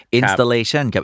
installation